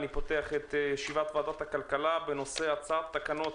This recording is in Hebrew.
אני פותח את ישיבת ועדת הכלכלה בנושא: הצעת תקנות